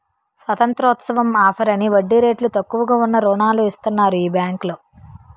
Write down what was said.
స్వతంత్రోత్సవం offer అని వడ్డీ రేట్లు తక్కువగా ఉన్న రుణాలు ఇస్తన్నారు ఈ బేంకులో